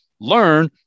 learn